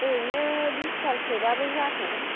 ओरैनो बिस दालसोबाबो जाथ'गोन